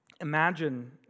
Imagine